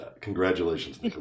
congratulations